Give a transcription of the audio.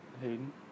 Hayden